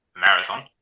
marathon